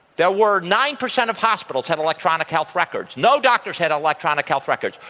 there were nine percent of hospitals had electronic health records. no doctors had electronic health records.